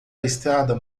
estrada